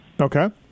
Okay